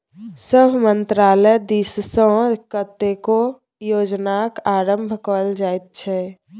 सभ मन्त्रालय दिससँ कतेको योजनाक आरम्भ कएल जाइत छै